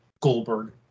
Goldberg